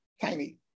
Tiny